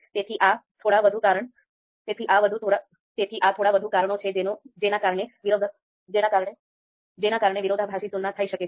તેથી આ થોડા વધુ કારણો છે જેના કારણે વિરોધાભાસી તુલના થયી શકે છે